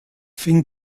fing